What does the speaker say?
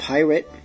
Pirate